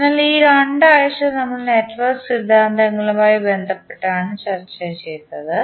അതിനാൽ ഈ രണ്ടാഴ്ച നമ്മൾ നെറ്റ്വർക്ക് സിദ്ധാന്തങ്ങളുമായി ബന്ധപ്പെട്ടതാണ് ചർച്ച ചെയ്തത്